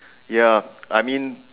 ya I mean